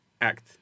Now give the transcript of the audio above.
act